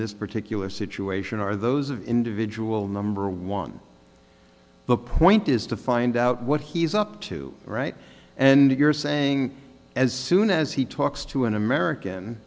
this particular situation are those of individual number one the point is to find out what he's up to right and you're saying as soon as he talks to an american